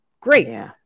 Great